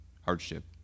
hardship